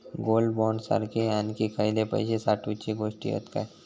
Gold bond सारखे आणखी खयले पैशे साठवूचे गोष्टी हत काय?